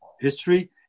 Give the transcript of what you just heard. history